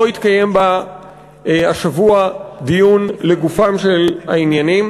לא התקיים בה השבוע דיון לגופם של העניינים.